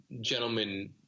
gentlemen